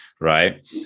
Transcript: right